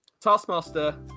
Taskmaster